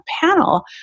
panel